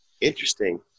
Interesting